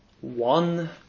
one